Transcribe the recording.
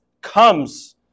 comes